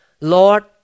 Lord